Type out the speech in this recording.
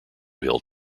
hill